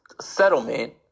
settlement